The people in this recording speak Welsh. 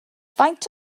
faint